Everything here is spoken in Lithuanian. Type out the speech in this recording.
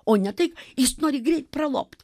o ne tai jis nori greit pralobt